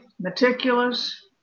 meticulous